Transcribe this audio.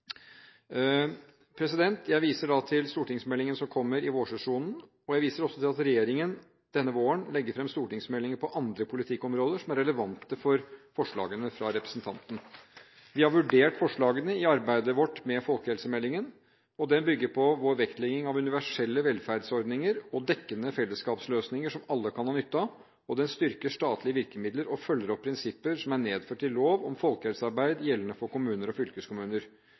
Jeg viser til stortingsmeldingen som kommer i vårsesjonen, og jeg viser også til at regjeringen denne våren legger fram stortingsmeldinger på andre politikkområder som er relevante for forslagene fra representanten. Vi har vurdert forslagene i arbeidet vårt med folkehelsemeldingen. Den bygger på vår vektlegging av universelle velferdsordninger og dekkende fellesskapsløsninger som alle kan ha nytte av, og den styrker statlige virkemidler og følger opp prinsipper som er nedfelt i lov om folkehelsearbeid, som gjelder for kommuner og fylkeskommuner.